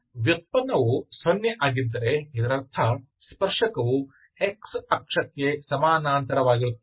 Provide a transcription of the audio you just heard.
ಆದರೆ ವ್ಯುತ್ಪನ್ನವು ಸೊನ್ನೆ ಆಗಿದ್ದರೆ ಇದರರ್ಥ ಸ್ಪರ್ಶಕವು x ಅಕ್ಷಕ್ಕೆ ಸಮಾನಾಂತರವಾಗಿರುತ್ತದೆ